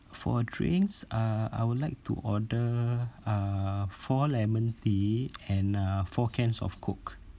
for drinks uh I would like to order uh four lemon tea and uh four cans of coke